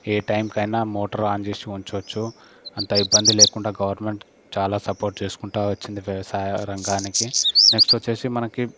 ఏ time కైనా motor on చేసి ఉంచొచ్చు అంత ఇబ్బంది లేకుండా గవర్నమెంట్ చాలా సపోర్ట్ చేసుకుంటూ వచ్చింది వ్యవసాయ రంగానికి నెక్స్ట్ వచ్చేసి మనకి